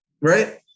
right